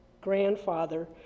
grandfather